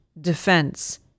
defense